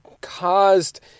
caused